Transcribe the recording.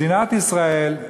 מדינת ישראל,